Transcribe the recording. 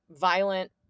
violent